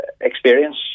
experience